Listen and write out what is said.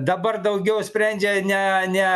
dabar daugiau sprendžia ne ne